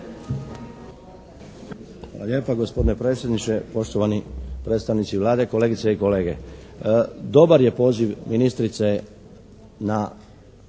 Hvala lijepa, gospodine predsjedniče, poštovani predstavnici Vlade, kolegice i kolege. Dobar je poziv ministrice na